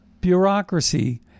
bureaucracy